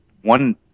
one